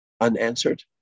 unanswered